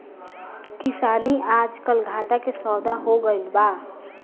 किसानी आजकल घाटा के सौदा हो गइल बा